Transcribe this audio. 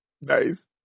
Nice